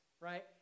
right